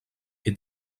est